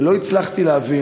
ולא הצלחתי להבין,